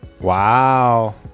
Wow